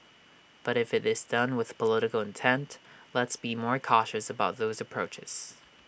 but if IT is done with political intent let's be more cautious about those approaches